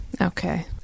Okay